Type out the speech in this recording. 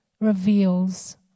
reveals